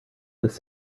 this